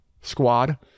Squad